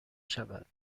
شود